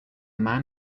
man